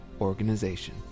organization